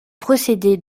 procédé